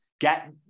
get